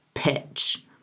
pitch